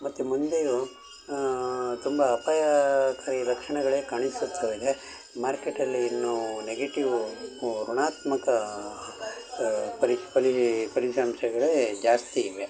ಮತ್ತು ಮುಂದೆಯೂ ತುಂಬ ಅಪಾಯಕಾರಿ ಲಕ್ಷಣಗಳೇ ಕಾಣಿಸುತ್ತ ಇದೆ ಮಾರ್ಕೆಟಲ್ಲಿ ಇನ್ನೂ ನೆಗೆಟಿವು ಋಣಾತ್ಮಕ ಪಲಿ ಪಲೀ ಫಲಿತಾಂಶಗಳೇ ಜಾಸ್ತಿ ಇವೆ